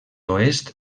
oest